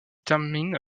termine